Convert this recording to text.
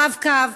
הרב-קו,